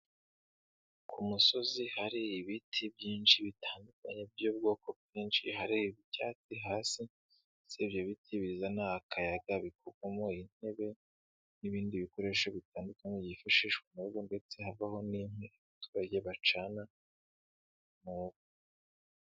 Ku musozi hari ibiti byinshi bitandukanye by'ubwoko bwinshi, harera ibyatsi hasi, usibye ibiti bizana akayaga, bikavamo intebe n'ibindi bikoresho bitandukanye byifashishwa mu rugo, ndetse havamo n'inkwi abaturage bacana iwabo.